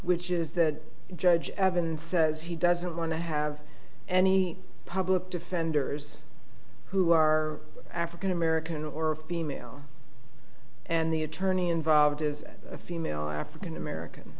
which is the judge evans says he doesn't want to have any public defenders who are african american or female and the attorney involved is a female african american